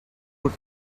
put